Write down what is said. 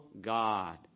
God